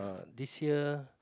this year